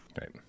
right